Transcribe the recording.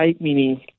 meaning